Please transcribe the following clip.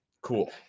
Cool